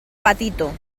patito